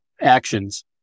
actions